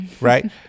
right